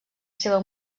seva